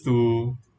to